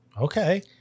okay